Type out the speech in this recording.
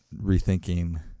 rethinking